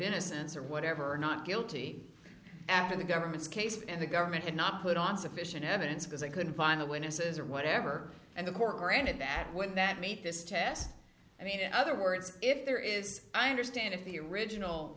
innocence or whatever not guilty after the government's case and the government did not put on sufficient evidence because they couldn't find the witnesses or whatever and the court granted that would that meet this test i mean in other words if there is i understand if the original